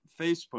Facebook